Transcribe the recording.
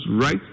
right